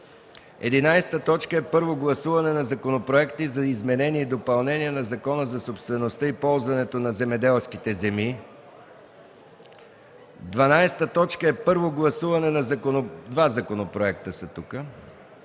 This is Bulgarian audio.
11. Първо гласуване на законопроекти за изменение и допълнение на Закона за собствеността и ползването на земеделските земи. 12. Първо гласуване на законопроекти за